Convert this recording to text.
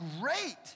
great